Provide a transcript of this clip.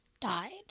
died